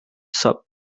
soup